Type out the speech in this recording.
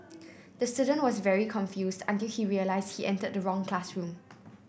the student was very confused until he realised he entered the wrong classroom